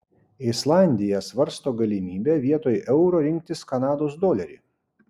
islandija svarsto galimybę vietoj euro rinktis kanados dolerį